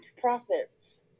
prophets